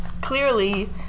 clearly